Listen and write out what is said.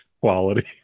quality